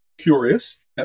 curious